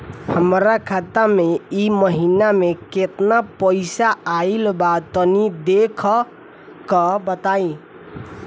हमरा खाता मे इ महीना मे केतना पईसा आइल ब तनि देखऽ क बताईं?